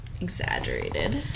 exaggerated